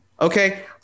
okay